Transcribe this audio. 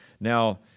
Now